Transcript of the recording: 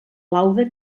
laude